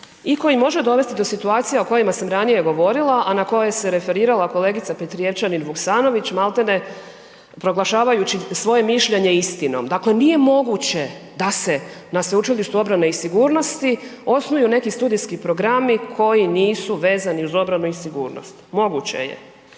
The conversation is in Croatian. i koji može dovesti do situacije o kojima sam ranije govorila a na koje se referirala kolegica Petrijevčanin Vuksanović, malti ne proglašavajući svoje mišljenje istinom. Dakle nije moguće da se na Sveučilištu obrane i sigurnosti osnuju neki studijski programi koji nisu vezani uz obranu i sigurnost, moguće je.